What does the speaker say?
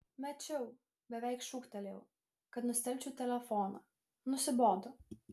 mečiau beveik šūktelėjau kad nustelbčiau telefoną nusibodo